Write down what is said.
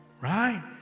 Right